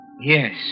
Yes